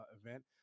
event